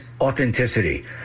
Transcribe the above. authenticity